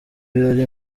birori